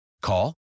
Call